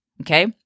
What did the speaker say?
Okay